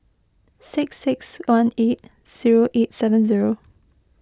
six six one eight zero eight seven zero